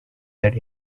that